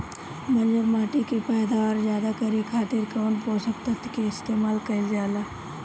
बंजर माटी के पैदावार ज्यादा करे खातिर कौन पोषक तत्व के इस्तेमाल कईल जाला?